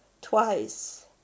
twice